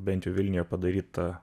bent jau vilniuje padaryta